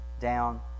down